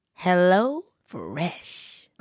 HelloFresh